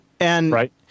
Right